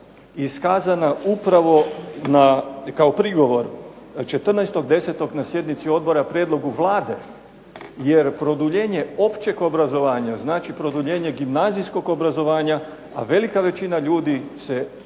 iskazana upravo kao prigovor 14.10. na sjednici odbora prijedlogu Vlade. Jer produljenje općeg obrazovanja znači produljenje gimnazijskog obrazovanja, a velika većina ljudi se školuje